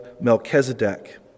Melchizedek